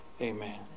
amen